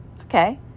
Okay